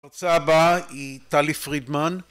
הרצאה הבאה היא טלי פרידמן